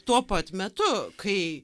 tuo pat metu kai